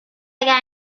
اگر